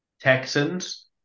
Texans